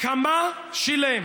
כמה שילם